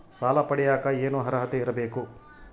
ಸಾಲ ಪಡಿಯಕ ಏನು ಅರ್ಹತೆ ಇರಬೇಕು?